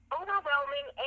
overwhelming